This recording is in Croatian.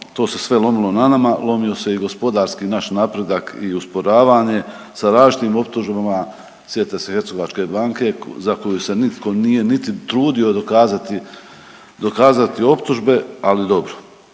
To se sve lomilo na nama. Lomio se i gospodarski naš napredak i usporavanje sa različitim optužbama. Sjetite se Hercegovačke banke za koju se nitko nije niti trudio dokazati optužbe ali dobro.